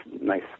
nice